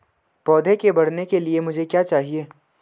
पौधे के बढ़ने के लिए मुझे क्या चाहिए?